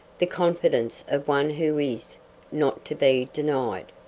the confidence of one who is not to be denied.